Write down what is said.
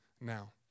now